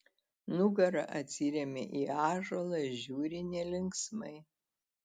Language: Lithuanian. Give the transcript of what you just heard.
nugara atsiremia į ąžuolą žiūri nelinksmai